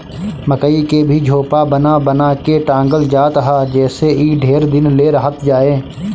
मकई के भी झोपा बना बना के टांगल जात ह जेसे इ ढेर दिन ले रहत जाए